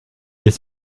est